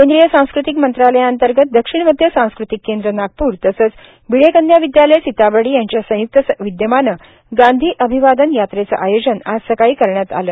केंद्रीय सांस्कृतिक मंत्रालयांतर्गत दक्षिण मध्य सांस्कृतिक केंद्र नागपूर तसंच भीडे कन्या विद्यालय सीताबर्डी यांच्या संयुक्त विद्यमानं गांधी अभिवादन यात्रेचं आयोजन आज सकाळी करण्यात आलं